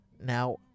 Now